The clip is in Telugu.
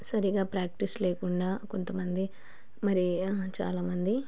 సరిగా ప్రాక్టీస్ లేకుండా కొంతమంది మరి చాలామంది